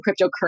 cryptocurrency